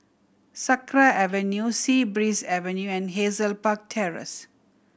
Sakra Avenue Sea Breeze Avenue and Hazel Park Terrace